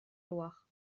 loire